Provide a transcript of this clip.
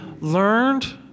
learned